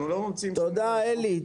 אנחנו לא ממציאים --- תודה, אלי.